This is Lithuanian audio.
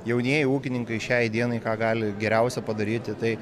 jaunieji ūkininkai šiai dienai ką gali geriausia padaryti tai